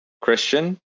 Christian